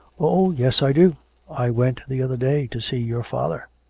oh, yes i do i went the other day to see your father